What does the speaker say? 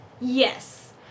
yes